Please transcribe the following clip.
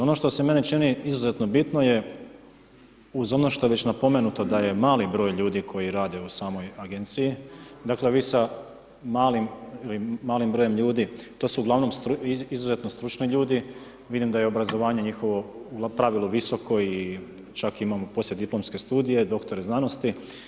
Ono što e meni čini izuzetno bitno je uz ono što je već napomenuto da je mali broj ljudi koji rade u samoj agenciji, dakle, vi sa malim brojem ljudi to su ugl. izuzetno stručni ljudi, vidim da je obrazovanje njihovo po pravilo visokoj i čak imamo i poslijediplomske studije, doktore znanosti.